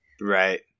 right